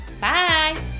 bye